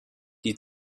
die